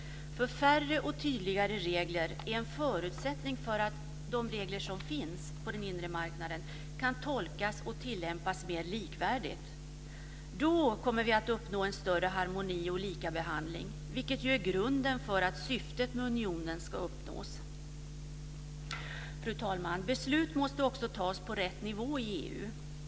Färre och tydligare regler är en förutsättning för att de regler som finns på den inre marknaden kan tolkas och tillämpas mer likvärdigt. Då kommer vi att uppnå en större harmoni och likabehandling, vilket är grunden för att syftet med unionen ska uppnås. Fru talman! Beslut måste också tas på rätt nivå i EU.